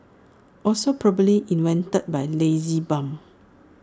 also probably invented by lazy bum